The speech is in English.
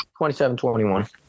27-21